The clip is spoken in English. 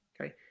okay